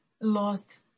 lost